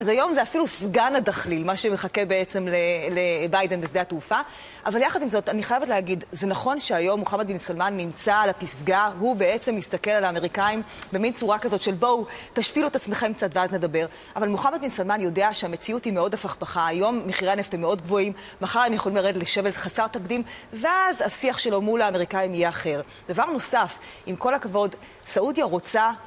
אז היום זה אפילו סגן הדחליל, מה שמחכה בעצם לביידן בשדה התעופה. אבל יחד עם זאת, אני חייבת להגיד, זה נכון שהיום מוחמד בן סלמן נמצא על הפסגה, הוא בעצם מסתכל על האמריקאים במין צורה כזאת של בואו, תשפילו את עצמכם קצת ואז נדבר. אבל מוחמד בן סלמן יודע שהמציאות היא מאוד הפכפכה. היום מחירי הנפט הם מאוד גבוהים, מחר הם יכולים לרדת לשפל חסר תקדים ואז השיח שלו מול האמריקאים יהיה אחר. דבר נוסף, עם כל הכבוד, סעודיה רוצה?